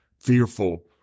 fearful